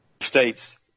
States